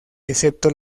excepto